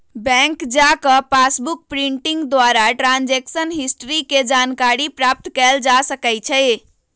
bank जा कऽ passbook printing द्वारा ट्रांजैक्शन हिस्ट्री के जानकारी प्राप्त कएल जा सकइ छै